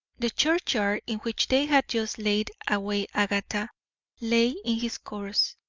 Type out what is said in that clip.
the churchyard in which they had just laid away agatha lay in his course.